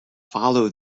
follow